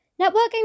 Networking